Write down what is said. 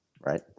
right